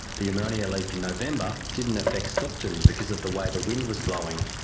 the ammonia leak in november didn't affect stockton because of the way the wind was blowing.